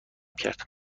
کرد